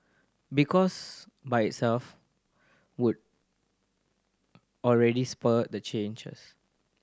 because by itself would already spur the changes